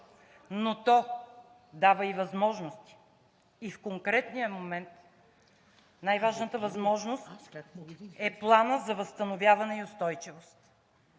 но то дава и възможности. В конкретния момент най-важната възможност е Планът за възстановяване и устойчивост.